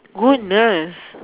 goodness